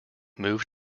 moved